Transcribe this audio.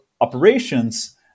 operations